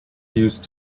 used